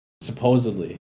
supposedly